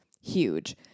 huge